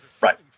Right